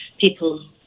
people